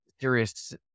serious